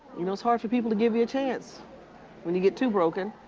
you know, it's hard for people to give you a chance when you get too broken.